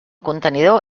contenidor